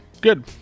good